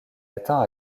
atteint